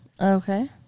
Okay